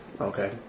Okay